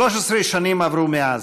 13 שנים עברו מאז.